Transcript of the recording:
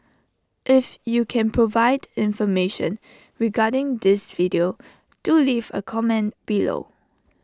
if you can provide information regarding this video do leave A comment below